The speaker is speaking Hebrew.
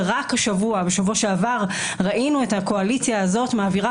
ורק בשבוע שעבר ראינו את הקואליציה הזאת מעבירה